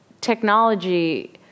technology